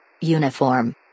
Uniform